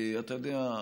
אתה יודע,